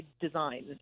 design